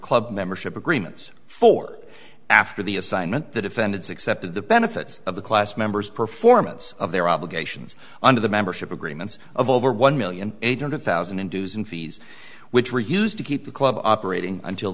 club membership agreements for after the assignment the defendants accepted the benefits of the class members performance of their obligations under the membership agreements of over one million eight hundred thousand in dues and fees which were used to keep the club operating until